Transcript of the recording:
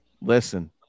Listen